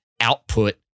output